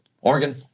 Oregon